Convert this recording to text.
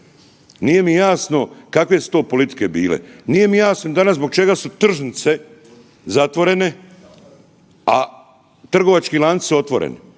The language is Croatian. Nije mi jasno kakve su to politike bile. Nije mi jasno danas zbog čega su tržnice zatvorene, a trgovački lanci su otvoreni,